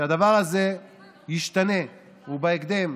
שהדבר הזה ישתנה ובהקדם,